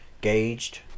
gauged